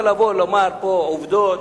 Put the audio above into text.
אבל לבוא ולומר פה עובדות,